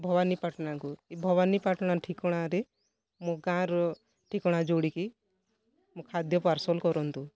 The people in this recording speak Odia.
ଭବାନୀପାଟଣାକୁ ଏଇ ଭବାନୀପାଟଣା ଠିକଣାରେ ମୋ ଗାଁର ଠିକଣା ଯୋଡ଼ିକି ମୋ ଖାଦ୍ୟ ପାର୍ସଲ୍ କରନ୍ତୁ